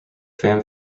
fan